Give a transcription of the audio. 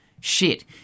Shit